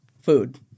Food